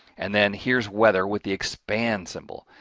and then here's weather with the expand symbol.